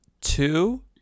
Two